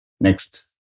Next